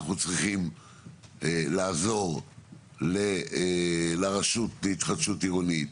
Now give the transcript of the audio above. אנחנו צריכים לעזור לרשות להתחדשות עירונית,